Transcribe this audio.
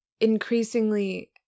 increasingly